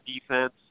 defense